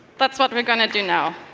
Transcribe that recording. that's what we are going to do now.